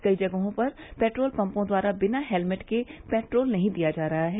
कई जगहों पर पेट्रोल पम्पों द्वारा बिना हेलमेट के पेट्रोल नहीं दिया जा रहा है